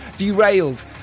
derailed